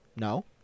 No